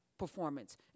performance